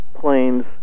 planes